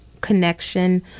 connection